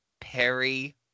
Perry